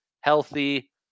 healthy